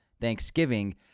Thanksgiving